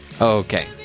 Okay